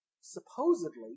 supposedly